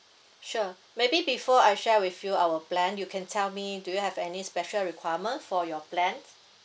sure maybe before I share with you our plan you can tell me do you have any special requirement for your plan